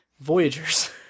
Voyagers